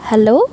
hello